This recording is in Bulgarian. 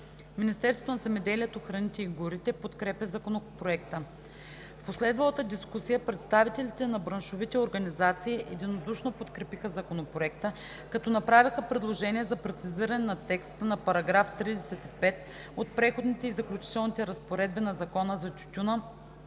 Министерството на земеделието, храните и горите подкрепя Законопроекта. В последвалата дискусия представителите на браншовите организации единодушно подкрепиха Законопроекта, като направиха предложение за прецизиране на текста на § 35 от Преходните и заключителните разпоредби на Закона за тютюна,